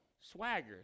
swagger